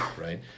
right